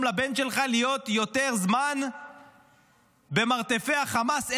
לבן שלך להיות יותר זמן במרתפי החמאס.